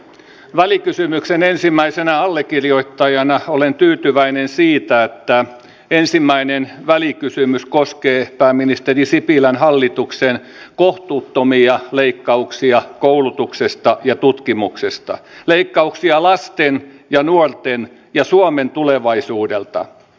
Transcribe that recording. välikysymyksen ensimmäisenä allekirjoittajana olen tyytyväinen siitä että ensimmäinen välikysymys koskee pääministeri sipilän hallituksen kohtuuttomia leikkauksia koulutuksesta ja tutkimuksesta leikkauksia lasten ja nuorten ja suomen tulevaisuudelta